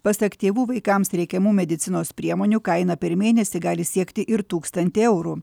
pasak tėvų vaikams reikiamų medicinos priemonių kaina per mėnesį gali siekti ir tūkstantį eurų